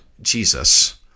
Jesus